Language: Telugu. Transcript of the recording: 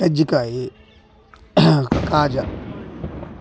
కజ్జికాయి కాజా